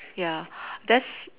ya that's